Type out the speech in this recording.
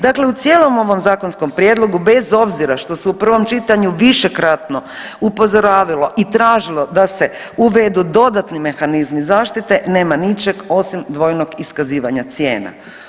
Dakle, u cijelom ovom zakonskom prijedlogu bez obzira što se u prvom čitanju višekratno upozoravalo i tražilo da se uvedu dodatni mehanizmi zaštite nema ničeg osim dvojnog iskazivanja cijena.